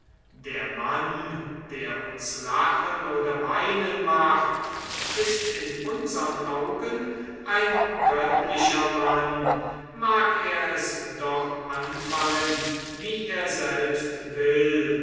der mann der uns lachen oder weinen macht ist in unsern augen ein göttlicher mann mag er es doch anfangen wie er selbst will